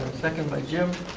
second by jim.